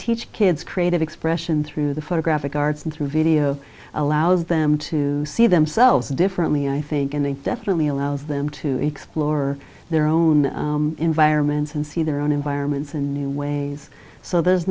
teach kids creative expression through the photographic arts and through video allows them to see themselves differently i think and they definitely allows them to explore their own environments and see their own environments and new ways so there's